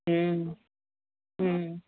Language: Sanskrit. ह ह्